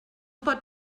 pot